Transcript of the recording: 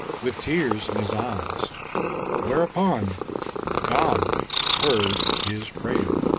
with tears in his eyes whereupon god heard his prayer.